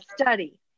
study